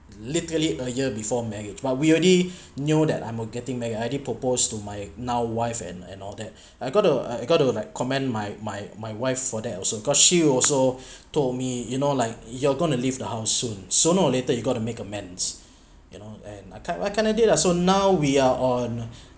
literally a year before marriage while we already knew that I'm will getting married I did propose to my now wife and and all that I got to uh I got to like commend my my my wife for that also cause she also told me you know like you're going to leave the house soon sooner or later you got to make amends you know and I kind I kind of did lah so now we are on